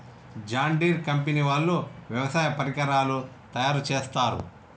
John Deere company వాళ్ళు వ్యవసాయ పరికరాలు తయారుచేస్తారు